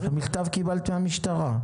את המכתב קיבלת מהמשטרה.